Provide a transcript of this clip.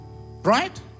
Right